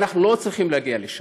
ואנחנו לא צריכים להגיע לשם.